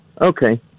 Okay